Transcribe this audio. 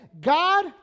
God